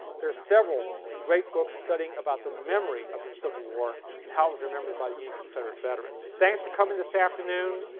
there are several great books studying about the memory of the civil war and how it was remembered by the union and confederate veterans. thanks for coming this afternoon,